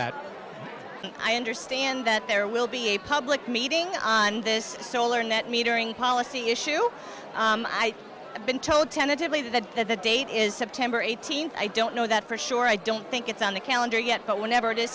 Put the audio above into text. that i understand that there will be a public meeting on this solar net metering policy issue and i have been told tentatively that that the date is september eighteenth i don't know that for sure i don't think it's on the calendar yet but whenever it is